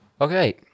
Okay